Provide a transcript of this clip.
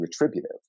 retributive